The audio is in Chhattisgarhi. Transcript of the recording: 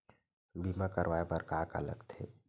बीमा करवाय बर का का लगथे?